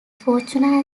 fortuna